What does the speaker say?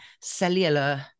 cellular